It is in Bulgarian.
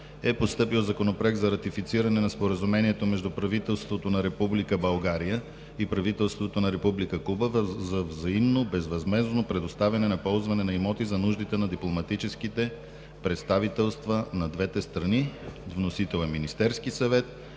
е постъпил Законопроект за ратифициране на Споразумението между правителството на Република България и правителството на Република Куба за взаимно, безвъзмездно предоставяне на ползване на имоти за нуждите на дипломатическите представителства на двете страни. Вносител е Министерският съвет.